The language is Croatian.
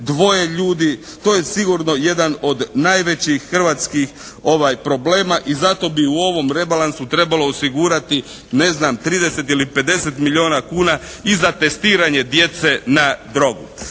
dvoje ljudi. To je sigurno jedan od najvećih hrvatskih problema i zato bi u ovom rebalansu trebalo osigurati ne znam 30 ili 50 milijuna kuna i za testiranje djece na drogu.